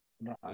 No